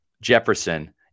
Jefferson